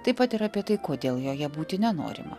taip pat ir apie tai kodėl joje būti nenorima